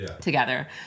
together